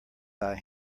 thy